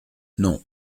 non